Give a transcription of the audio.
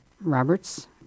Roberts